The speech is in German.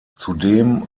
zudem